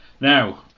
Now